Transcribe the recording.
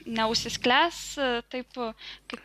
neužsisklęs taip kaip